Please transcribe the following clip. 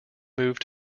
moved